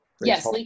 Yes